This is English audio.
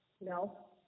No